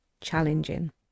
challenging